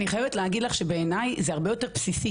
אני חייבת להגיד לך שבעיניי זה הרבה יותר בסיסי.